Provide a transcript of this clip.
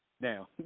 now